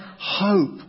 hope